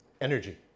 energy